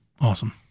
awesome